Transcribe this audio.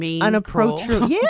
unapproachable